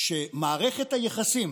אני חושש מאוד שמערכת היחסים